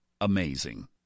amazing